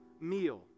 meal